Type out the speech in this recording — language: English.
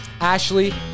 Ashley